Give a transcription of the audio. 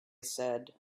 said